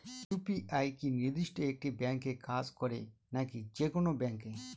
UPI কি নির্দিষ্ট একটি ব্যাংকে কাজ করে নাকি যে কোনো ব্যাংকে?